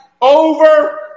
over